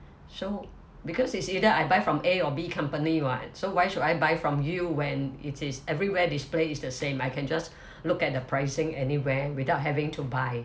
so because it's either I buy from A or B company [what] so why should I buy from you when it is everywhere display is the same I can just look at the pricing anywhere without having to buy